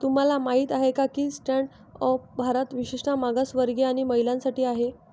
तुम्हाला माहित आहे का की स्टँड अप भारत विशेषतः मागासवर्गीय आणि महिलांसाठी आहे